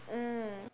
mm